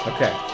Okay